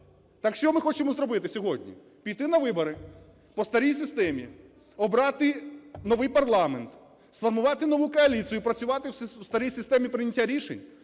Так що ми хочемо зробити сьогодні? Піти на вибори по старій системі, обрати новий парламент, сформувати нову коаліцію - і працювати в старій системі прийняття рішень?